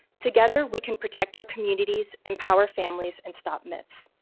together we can protect our communities, empower families and stop myths.